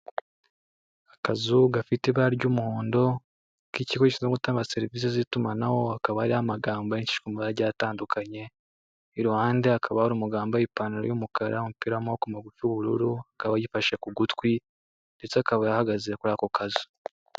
Akazu gafite ibara ry'umuhondo k'ikigo gishinzwe gutanga serivise z'itumanaho hakaba hariho amagambo yandukishijwe amabara agiye atandukanye iruhande hakabe hari umugabo wambaye ipantalo y'umukara umupira w'amaboko magufi w'ubururu akaba yifashe ku gutwi ndetse akaba ahgaze kuri ako kazu.